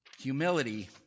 Humility